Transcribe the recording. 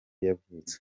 yavutse